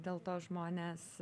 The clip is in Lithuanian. dėl to žmonės